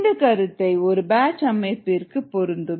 இந்த கருத்து ஒரு பேட்ச் அமைப்பிற்கு பொருந்தும்